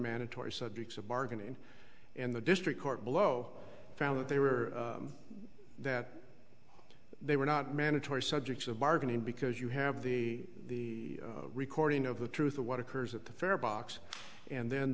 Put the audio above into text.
mandatory subjects of bargaining and the district court below found that they were that they were not mandatory subjects of bargaining because you have the recording of the truth of what occurs at the farebox and then